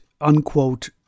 unquote